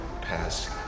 past